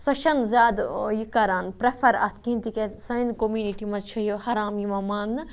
سۄ چھَنہٕ زیادٕ یہِ کَران پرٛٮ۪فَر اَتھ کِہیٖنۍ تِکیٛازِ سانہِ کوٚمِنِٹی منٛز چھِ یہِ حرام یِوان ماننہٕ